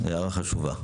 הערה חשובה.